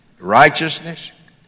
righteousness